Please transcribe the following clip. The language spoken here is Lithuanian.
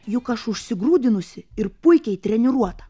juk aš grūdinuosi ir puikiai treniruota